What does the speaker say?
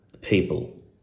people